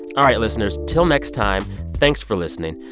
all right, listeners, till next time, thanks for listening.